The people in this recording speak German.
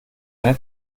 eine